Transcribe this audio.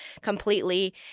completely